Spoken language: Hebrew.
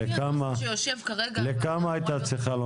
לכמה זמן היא הייתה צריכה?